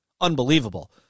unbelievable